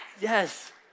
Yes